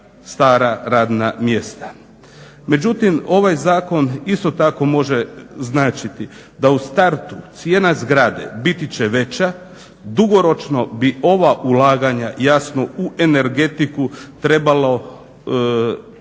Međutim, ovaj Zakon isto tako može značiti da u startu cijena zgrade biti će veća. Dugoročno bi ova ulaganja jasno u energetiku trebalo učiniti